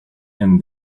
and